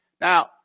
Now